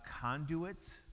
conduits